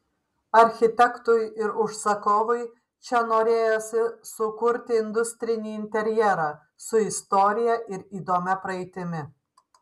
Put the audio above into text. architektui ir užsakovui čia norėjosi sukurti industrinį interjerą su istorija ir įdomia praeitimi